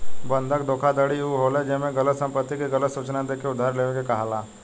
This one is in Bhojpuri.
बंधक धोखाधड़ी उ होला जेमे गलत संपत्ति के गलत सूचना देके उधार लेवे के कहाला